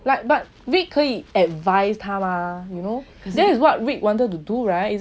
like but vick 可以 advice 他吗 that is what vick wanted to do right